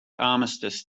armistice